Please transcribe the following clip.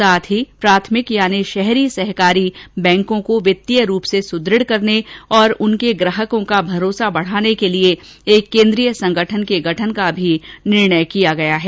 साथ ही प्राथमिक यानी शहरी सहकारी बैंकों को वित्तीय रूप से सुदृढ करने और उसके ग्राहकों का भरोसा बढाने के लिए एक केन्द्रीय संगठन के गठन का भी निर्णय किया गया है